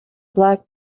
black